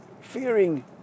fearing